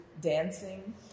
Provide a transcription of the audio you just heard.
dancing